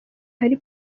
harry